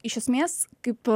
iš esmės kaip